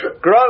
grow